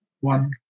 one